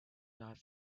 not